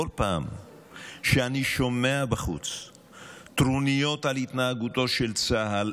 בכל פעם שאני שומע בחוץ טרוניות על התנהגותו של צה"ל,